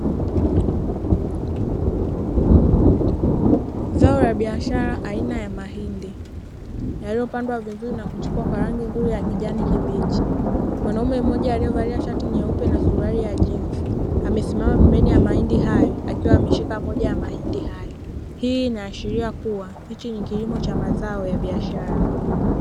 Zao la biashara aina ya mahindi, yaliyopandwa vizuri na kuchipua kwa rangi nzuri ya kijani kibichi. Mwanaume mmoja aliyevalia shati nyeupe na suruali ya jinzi, amesimama pembeni ya mahindi hayo akiwa ameshika moja ya mahindi hayo. Hii inaashiria kuwa hiki ni kilimo cha mazao ya biashara.